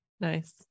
nice